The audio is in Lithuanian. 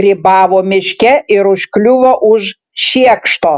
grybavo miške ir užkliuvo už šiekšto